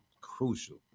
Crucial